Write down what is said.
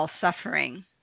suffering